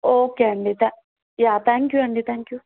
okay అండి తే యా త్యాంక్ యూ అండి త్యాంక్ యూ